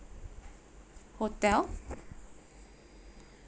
hotel